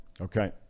Okay